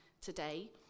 today